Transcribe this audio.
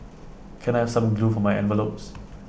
can I have some glue for my envelopes